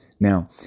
Now